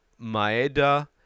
Maeda